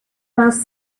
most